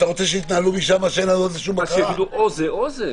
אתה רוצה שיתנהלו --- או זה או זה.